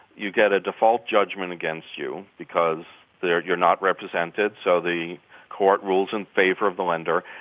you get a default judgment against you because they're you're not represented, so the court rules in favor of the lender.